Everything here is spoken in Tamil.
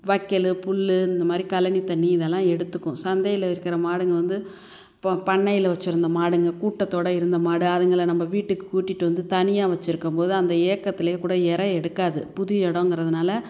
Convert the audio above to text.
வைக்கல் புல் இந்த மாதிரி கழனி தண்ணி இதெல்லாம் எடுத்துக்கும் சந்தையில் இருக்கிற மாடுங்கள் வந்து இப்போ பண்ணையில் வச்சுருந்த மாடுங்கள் கூட்டத்தோடு இருந்த மாடு அதுங்களை நம்ம வீட்டுக்கு கூட்டிகிட்டு வந்து தனியாக வச்சுருக்கம்போது அந்த ஏக்கத்துலேயே கூட இரை எடுக்காது புது இடங்குறதுனால